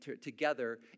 together